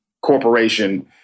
corporation